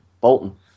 Bolton